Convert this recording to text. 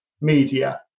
media